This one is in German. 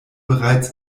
bereits